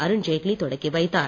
அருண்ஜேட்லி தொடக்கி வைத்தார்